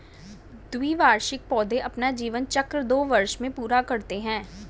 द्विवार्षिक पौधे अपना जीवन चक्र दो वर्ष में पूरा करते है